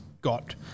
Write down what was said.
got